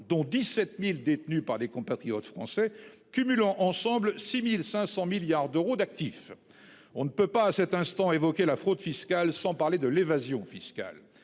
dont 17 000 détenues par des compatriotes français cumulant ensemble 6 500 milliards d'euros d'actifs. On ne peut pas, à cet instant, évoquer la fraude fiscale sans parler d'évasion fiscale.